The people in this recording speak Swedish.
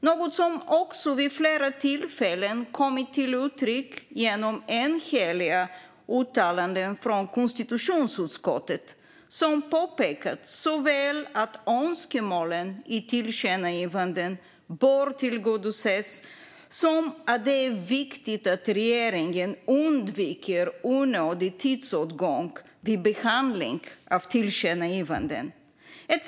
Detta har vid flera tillfällen kommit till uttryck genom enhälliga uttalanden från konstitutionsutskottet, som påpekat såväl att önskemålen i tillkännagivanden bör tillgodoses som att det är viktigt att regeringen undviker onödig tidsåtgång vid behandling av tillkännagivanden.